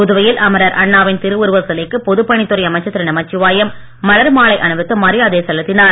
புதுவையில் அமரர் அண்ணாவின் திருவுருவச் சிலைக்கு பொதுப் பணித்துறை அமைச்சர் திரு நமச்சிவாயம் மலர் மாலை அணிவித்து மரியாதை செலுத்தினார்